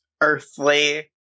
earthly